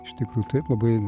iš tikrųjų taip labai